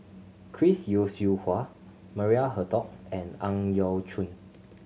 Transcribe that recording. Chris Yeo Siew Hua Maria Hertogh and Ang Yau Choon